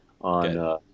on